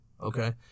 Okay